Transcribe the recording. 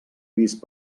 vist